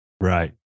Right